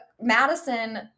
Madison